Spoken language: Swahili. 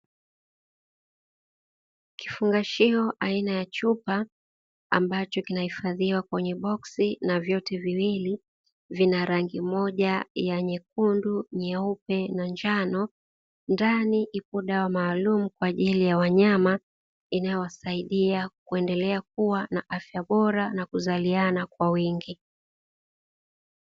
Kifungashio aina ya chupa ambacho kinahifadiwa kwenye boksi na vyote viwili vina rangi moja ya nyekundu, nyeupe na njano. Ndani ipo dawa maalumu kwa ajili ya wanyama inayowasaidia kuendelea kuwa na afya bora na kuzaliana kwa wingi.